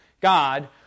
God